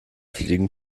fliegen